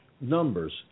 numbers